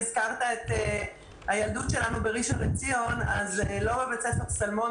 הזכרת את הילדות שלנו בראשון לציון אז זה לא היה כך בבית ספר סלמון.